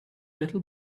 little